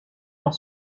dans